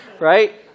right